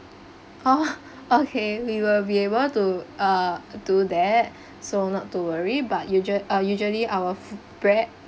oh okay we will be able to uh do that so not to worry but usu~ uh usually our fo~ bread